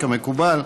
כמקובל.